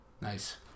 Nice